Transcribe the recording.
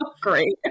Great